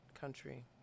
country